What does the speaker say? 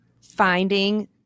finding